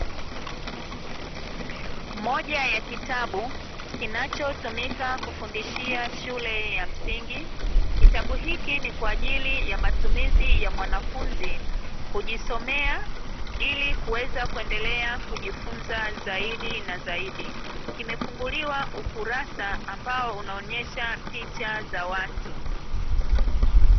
Moja ya kitabu kinachotumika kufundishia shule ya msingi, kitabu hiki ni kwa ajili ya matumizi ya mwanafunzi, kujisomea ili kuweza kuendelea kujifunza zaidi zaidi. Kimefunguliwa ukurasa ambao unaonyesha picha za watu.